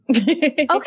Okay